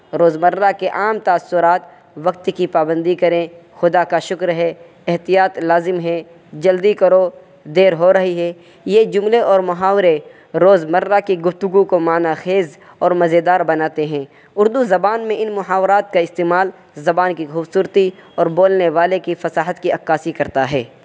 روز مرہ کے عام تأثرات وقت کی پابندی کریں خدا کا شکر ہے احتیاط لازم ہے جلدی کرو دیر ہو رہی ہے یہ جملے اور محاورے روز مرہ کی گفتگو کو معنی خیز اور مزے دار بناتے ہیں اردو زبان میں ان محاورات کا استعمال زبان کی خوبصورتی اور بولنے والے کی فصاحت کی عکاسی کرتا ہے